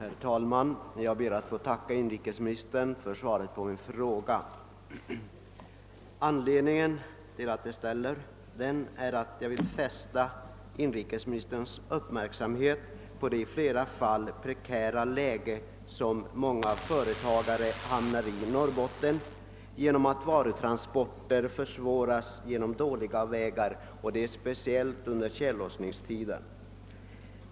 Herr talman! Jag ber att få tacka inrikesministern för svaret på min fråga. Anledningen till att jag ställde den är att jag ville fästa inrikesministerns uppmärksamhet på det i flera fall prekära läge, som många företagare i Norrbotten hamnar i på grund av att varutransporter försvåras genom dåliga vägar, speciellt under tjällossningstiden.